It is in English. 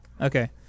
Okay